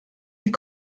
die